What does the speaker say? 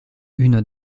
une